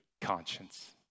conscience